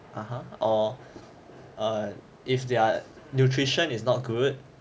(uh huh) or err if their nutrition is not good